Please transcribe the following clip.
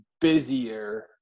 busier